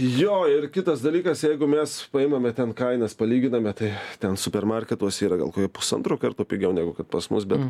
jo ir kitas dalykas jeigu mes paimame ten kainas palyginame tai ten supermarketuos yra gal pusantro karto pigiau negu kad pas mus bet